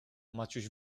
maciuś